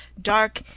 dark,